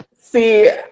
see